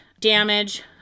damage